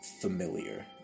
familiar